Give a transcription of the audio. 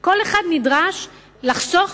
כל אחד נדרש לחסוך